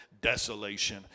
desolation